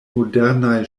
modernaj